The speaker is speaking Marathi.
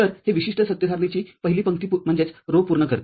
तरहे विशिष्ट सत्य सारणीचीपहिली पंक्ती पूर्ण करते